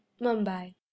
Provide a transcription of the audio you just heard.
Mumbai